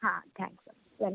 ಹಾಂ thanks welcome